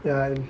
yeah